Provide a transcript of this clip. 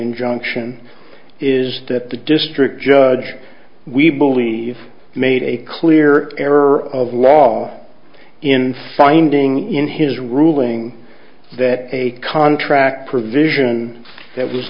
injunction is that the district judge we believe made a clear error of law in finding in his ruling that a contract provision that was